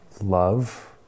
love